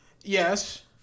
Yes